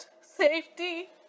safety